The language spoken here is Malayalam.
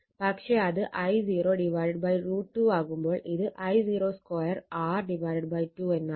പക്ഷെ അത് I0 √ 2 ആകുമ്പോൾ ഇത് I0 2 R 2 എന്നാകും